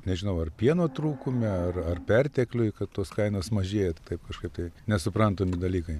nežinau ar pieno trūkume ar ar pertekliuj kad tos kainos mažėja taip kažkaip tai nesuprantami dalykai